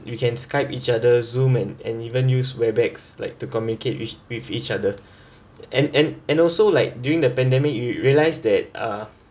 you can skype each other zoom and and even use where bags like to communicate with with each other and and and also like during the pandemic you realised that uh